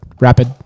rapid